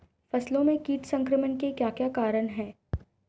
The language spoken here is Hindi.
फसलों में कीट संक्रमण के क्या क्या कारण है?